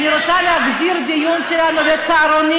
אני רוצה להחזיר את הדיון שלנו לצהרונים.